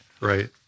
Right